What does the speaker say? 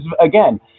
again